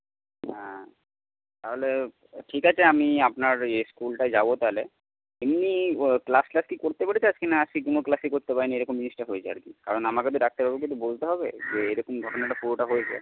হ্যাঁ তাহলে ঠিক আছে আমি আপনার ইয়ে স্কুলটায় যাব তাহলে এমনি ও ক্লাস ট্লাস কি করতে পেরেছে আজকে না কোনো ক্লাসই করতে পারেনি এরকম জিনিসটা হয়েছে আর কি কারণ আমাকে তো ডাক্তারবাবুকে তো বলতে হবে যে এরকম ঘটনাটা পুরোটা হয়েছে